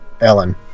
Ellen